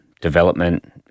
development